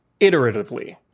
iteratively